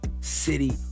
City